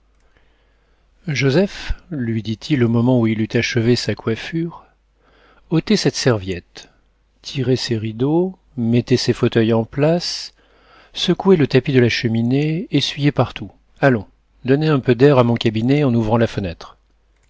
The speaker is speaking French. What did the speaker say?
joseph lui dit-il au moment où il eut achevé sa coiffure ôtez cette serviette tirez ces rideaux mettez ces fauteuils en place secouez le tapis de la cheminée essuyez partout allons donnez un peu d'air à mon cabinet en ouvrant la fenêtre